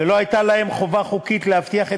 ולא הייתה להם חובה חוקית להבטיח את